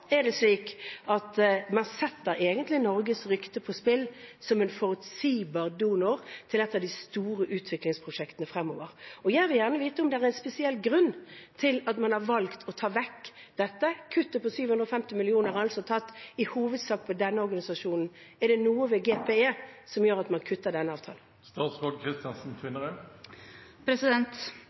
man egentlig Norges rykte som en forutsigbar donor til et av de store utviklingsprosjektene fremover på spill. Jeg vil gjerne vite om det er en spesiell grunn til at man har valgt å ta vekk dette. Kuttet på 750 mill. kr er i hovedsak tatt på denne organisasjonen. Er det noe ved GPE som gjør at man kutter den